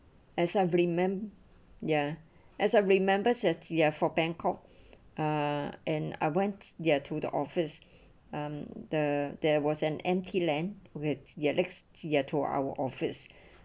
as I remem ya as a remembers as ya for bangkok ah and I went there to the office um the there was an empty land with their next ya to our office